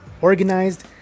organized